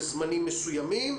בזמנים מסוימים,